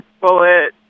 Bullet